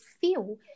feel